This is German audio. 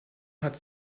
hat